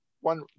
one